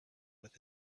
with